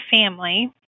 family